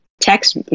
text